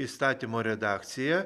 įstatymo redakciją